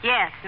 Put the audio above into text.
Yes